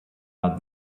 about